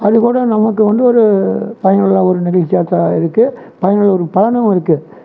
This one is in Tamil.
அது கூட நமக்கு வந்து ஒரு பயனுள்ளதாக ஒரு நிகழ்ச்சியாதான் இருக்குது பயனுள்ள ஒரு பயனும் இருக்குது